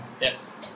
Yes